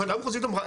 הוועדה המחוזית אמרה,